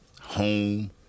home